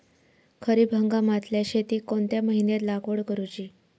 खरीप हंगामातल्या शेतीक कोणत्या महिन्यात लागवड करूची?